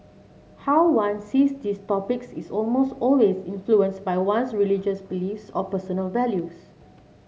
how one sees these topics is almost always influenced by one's religious beliefs or personal values